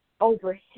over